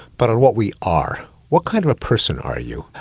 but on what we are what kind of a person are you?